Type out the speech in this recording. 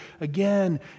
again